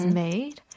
made